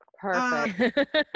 Perfect